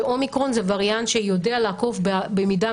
שאומיקרון זה וריאנט שיודע לעקוב במידה